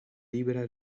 libera